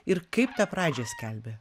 ir kaip tą pradžią skelbia